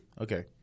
Okay